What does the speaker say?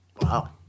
Wow